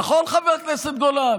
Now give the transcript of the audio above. נכון, חבר הכנסת גולן?